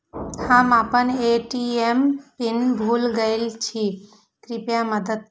हम आपन ATM PIN भूल गईल छी, कृपया मदद करू